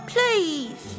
Please